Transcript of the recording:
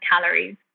calories